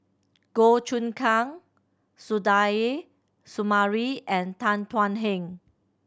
Goh Choon Kang Suzairhe Sumari and Tan Thuan Heng